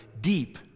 deep